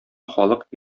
халык